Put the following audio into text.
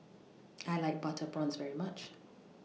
I like Butter Prawns very much